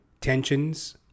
tensions